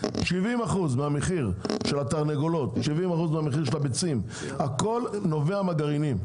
מהמחיר של הביצים הכול נובע מהגרעינים.